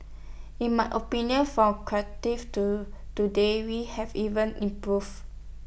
in my opinion from Cardiff to today we have even improved